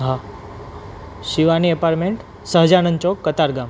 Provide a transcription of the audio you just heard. હા શિવાની એપાર્ટમેન્ટ સહજાનંદ ચોક કતારગામ